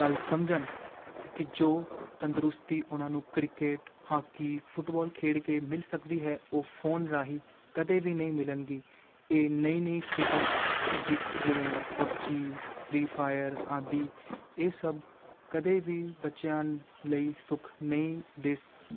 ਗੱਲ ਸਮਝਣ ਕਿ ਜੋ ਤੰਦਰੁਸਤੀ ਉਹਨਾਂ ਨੂੰ ਕ੍ਰਿਕਟ ਹਾਕੀ ਫੁੱਟਬਾਲ ਖੇਡ ਕੇ ਮਿਲ ਸਕਦੀ ਹੈ ਉਹ ਫੋਨ ਰਾਹੀਂ ਕਦੇ ਵੀ ਨਹੀਂ ਮਿਲੇਗੀ ਇਹ ਨਵੀਂ ਨਵੀਂ ਖੇਡਾਂ ਜ ਜਿਵੇਂ ਪਬਜੀ ਫਰੀ ਫਾਇਰ ਆਦਿ ਇਹ ਸਭ ਕਦੇ ਵੀ ਬੱਚਿਆਂ ਲਈ ਸੁੱਖ ਨਹੀਂ ਦੇ ਸ